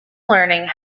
learning